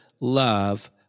love